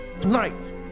tonight